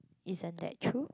isn't that true